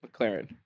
McLaren